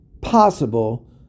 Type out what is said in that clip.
possible